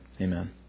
Amen